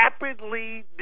rapidly